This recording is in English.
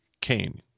Cain